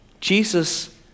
Jesus